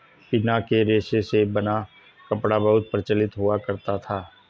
पिना के रेशे से बना कपड़ा बहुत प्रचलित हुआ करता था